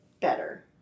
better